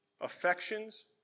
affections